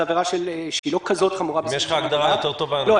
זו עבירה לא כזאת חמורה --- אם יש לך הגדרה יותר טובה,